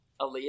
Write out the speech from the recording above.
Aaliyah